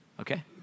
Okay